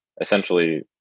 essentially